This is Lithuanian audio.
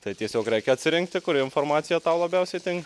tai tiesiog reikia atsirinkti kuri informacija tau labiausiai tinka